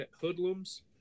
hoodlums